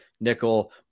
nickel